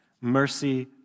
mercy